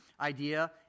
idea